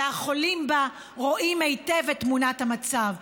החולים בה רואים היטב את תמונת המצב,